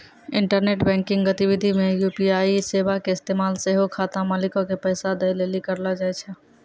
internet banking गतिविधि मे UPI सेबा के इस्तेमाल सेहो खाता मालिको के पैसा दै लेली करलो जाय छै